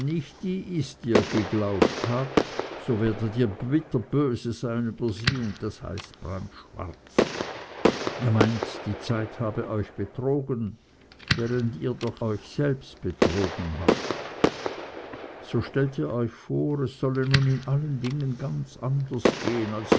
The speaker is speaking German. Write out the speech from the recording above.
ähnlicher ist als der erwarteten so werdet ihr bitterböse über sie d h brandschwarz ihr meint die zeit habe euch betrogen während ihr doch euch selbst betrogen habt so stellt ihr euch vor es solle nun in allen dingen ganz anders gehen als